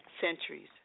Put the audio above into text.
centuries